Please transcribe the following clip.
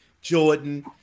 Jordan